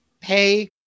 pay